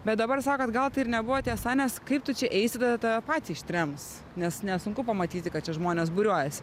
bet dabar sakot gal tai ir nebuvo tiesa nes kaip tu čia eisi tada tave patį ištrems nes nesunku pamatyti kad čia žmonės būriuojasi